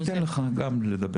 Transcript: אני אתן לך גם לדבר.